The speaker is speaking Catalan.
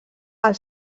als